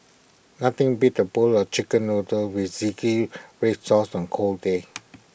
nothing beats A bowl of Chicken Noodles with Zingy Red Sauce on A cold day